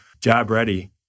job-ready